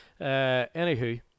Anywho